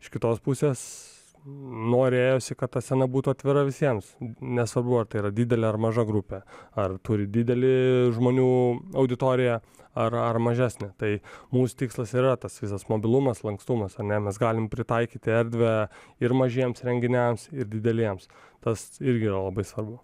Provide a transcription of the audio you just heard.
iš kitos pusės norėjosi kad ta scena būtų atvira visiems nesvarbu ar tai yra didelė ar maža grupė ar turi didelį žmonių auditoriją ar ar mažesnę tai mūsų tikslas ir yra tas visas mobilumas lankstumas ar ne mes galim pritaikyti erdvę ir mažiems renginiams ir dideliems tas irgi yra labai svarbu